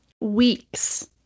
weeks